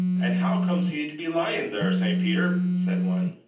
and how comes he to be lying there, st. peter? said one.